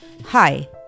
Hi